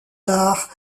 tard